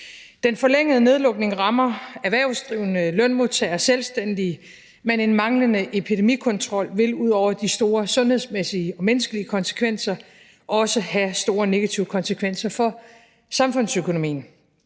Den forlængede nedlukning rammer erhvervsdrivende, lønmodtagere, selvstændige. Men en manglende epidemikontrol vil ud over de store sundhedsmæssige og menneskelige konsekvenser også have store negative konsekvenser for samfundsøkonomien.